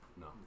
No